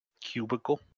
cubicle